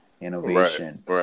innovation